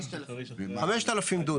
5,000. 5,000 דונם.